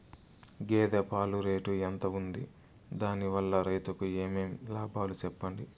గేదె పాలు రేటు ఎంత వుంది? దాని వల్ల రైతుకు ఏమేం లాభాలు సెప్పండి?